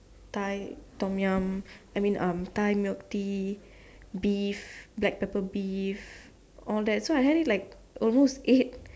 Thai Tom-Yum I mean um Thai milk tea beef black pepper beef all that so I had it like almost eight